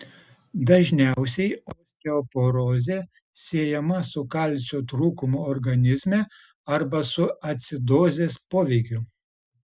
dažniausiai osteoporozė siejama su kalcio trūkumu organizme arba su acidozės poveikiu